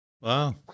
Wow